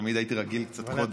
תמיד הייתי רגיל קצת קודם.